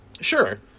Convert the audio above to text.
Sure